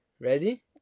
Ready